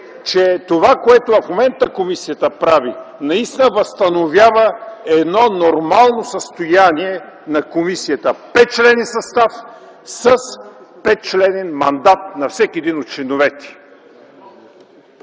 че това, което в момента прави комисията, наистина възстановява едно нормално състояние на комисията – 5-членен състав с 5-членен мандат на всеки един от членовете.